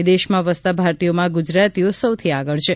વિદેશમાં વસતા ભારતીયોમાં ગુજરાતીઓ સૌથી આગળ છે